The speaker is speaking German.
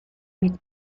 mit